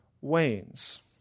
wanes